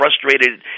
frustrated